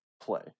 play